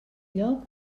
lloc